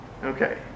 Okay